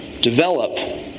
develop